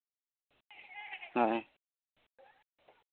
ᱦᱚᱭ